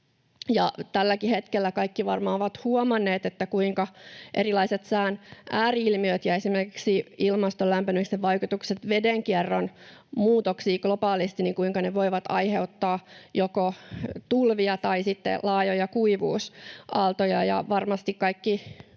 Tälläkin hetkellä kaikki varmaan ovat huomanneet, kuinka erilaiset sään ääri-ilmiöt ja esimerkiksi ilmaston lämpenemisen vaikutukset vedenkierron muutoksiin globaalisti voivat aiheuttaa joko tulvia tai sitten laajoja kuivuusaaltoja.